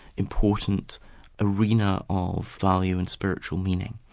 important arena of value and spiritual meaning.